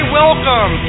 welcome